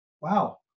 wow